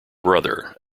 brother